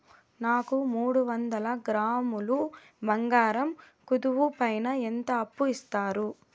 నాకు మూడు వందల గ్రాములు బంగారం కుదువు పైన ఎంత అప్పు ఇస్తారు?